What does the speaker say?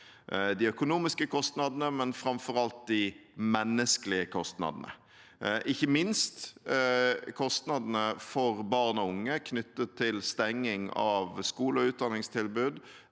de økonomiske kostnadene, men framfor alt de menneskelige kostnadene, ikke minst kostnadene for barn og unge knyttet til stenging av skoler og utdanningstilbud,